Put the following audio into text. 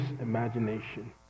imagination